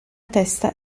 testa